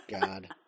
God